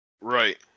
Right